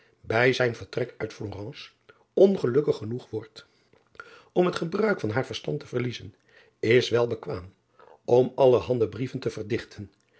bij zijn vertrek uit lorence ongelukkig ganoeg wordt om het gebruik van haar verstand te verliezen is wel bekwaam om allerhande brieven te verdichten